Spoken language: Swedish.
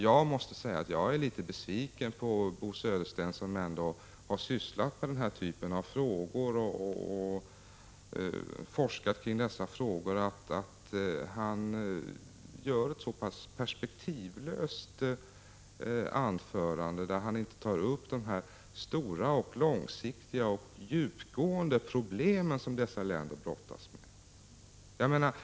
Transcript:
Jag måste säga att jag blev litet besviken på att Bo Södersten, som ändå har forskat kring denna typ av frågor, höll ett så perspektivlöst anförande, där han inte tog upp de stora, långsiktiga och djupgående problem som dessa länder brottas med.